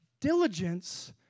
Diligence